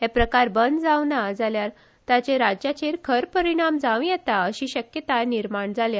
हे प्रकार बंद जावंक ना जाल्यार ताचे राज्याचेर खंर परिणाम जावंक येतात अशी शक्यताय निर्माण जाल्या